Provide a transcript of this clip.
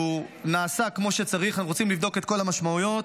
נעשה כמו שצריך ורוצים לבדוק את כל המשמעויות,